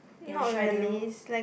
your schedule